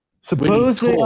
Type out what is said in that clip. Suppose